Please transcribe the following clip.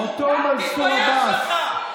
חברת הכנסת לזימי.